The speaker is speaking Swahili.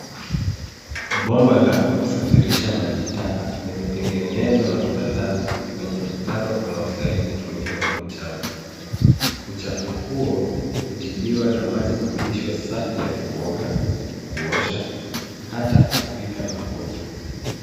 Bomba la kusafirisha maji taka. Limetengenezwa na kutandazwa kwenye mtaro unaostahili kufunikwa kwa mchanga. Uchafu huo hutibiwa na maji kurudishwa safi ya kuoga, kuosha hata kupika na kunywa.